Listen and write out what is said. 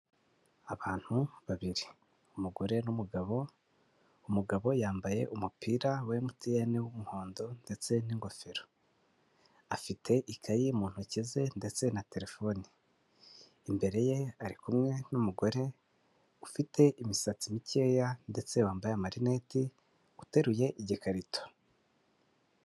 Abantu babiri umugore n'umugabo, umugabo yambaye umupira wa MTN w'umuhondo ndetse n'ingofero, afite ikayi mu ntoki ze ndetse na terefone, imbere ye ari kumwe n'umugore ufite imisatsi mikeya, ndetse wambaye amarineti uteruye igikarito.